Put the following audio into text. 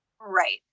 right